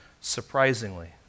surprisingly